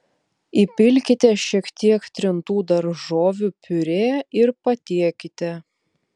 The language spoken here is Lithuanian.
įpilkite šiek tiek trintų daržovių piurė ir patiekite